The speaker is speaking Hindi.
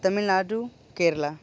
तमिलनाडु केरला